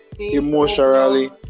emotionally